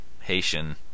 Haitian